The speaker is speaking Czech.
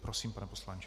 Prosím, pane poslanče.